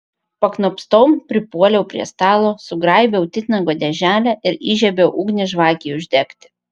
paknopstom pripuoliau prie stalo sugraibiau titnago dėželę ir įžiebiau ugnį žvakei uždegti